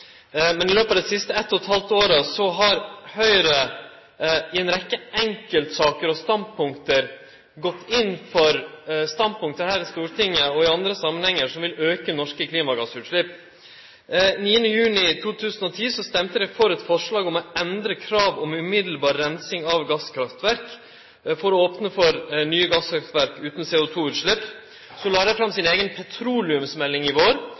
Men i løpet av dei siste to og eit halvt åra har Høgre i ei rekkje enkeltsaker gått inn for standpunkt her i Stortinget og i andre samanhengar som vil auke norske klimagassutslepp. Den 9. juni 2010 stemde dei for eit forslag om å endre kravet om umiddelbar reinsing av gasskraftverk for å opne for nye gasskraftverk utan CO2-utslepp. Så la dei fram si eiga petroleumsmelding i vår.